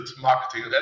marketing